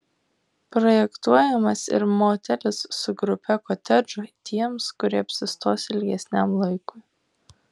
projektuojamas ir motelis su grupe kotedžų tiems kurie apsistos ilgesniam laikui